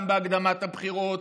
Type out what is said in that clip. גם בהקדמת הבחירות,